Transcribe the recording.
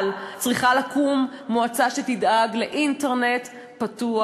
אבל צריכה לקום מועצה שתדאג לאינטרנט פתוח